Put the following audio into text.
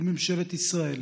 האם ממשלת ישראל,